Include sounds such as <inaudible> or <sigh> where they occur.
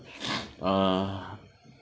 <noise> uh